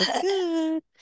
good